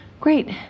Great